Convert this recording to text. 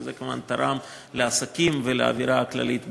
וזה כמובן תרם לעסקים ולאווירה הכללית בעיר.